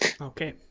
Okay